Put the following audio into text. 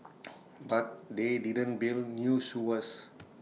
but they didn't build new sewers